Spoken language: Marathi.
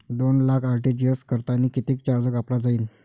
दोन लाख आर.टी.जी.एस करतांनी कितीक चार्ज कापला जाईन?